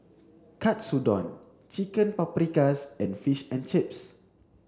Katsudon Chicken Paprikas and Fish and Chips